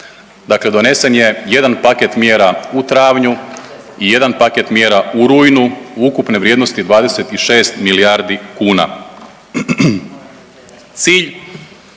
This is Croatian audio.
dakle donesen je jedan paket mjera u travnju i jedan paket mjera u rujnu ukupne vrijednosti 26 milijardi kuna.